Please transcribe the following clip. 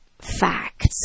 facts